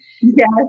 Yes